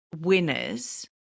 winners